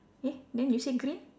eh then you said green